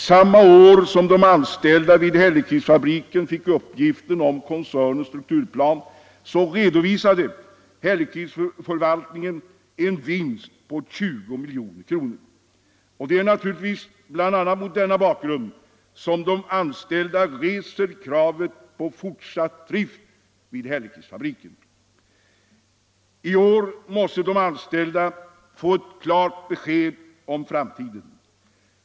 Samma år som de anställda vid Hällekisfabriken fick uppgiften om koncernens strukturplan redovisade Hällekisförvaltningen en vinst på 20 milj.kr. Det är naturligtvis bl.a. mot denna bakgrund som de anställda reser kravet på fortsatt drift vid Hällekisfabriken. I år måste de anställda få ett klart besked om framtiden.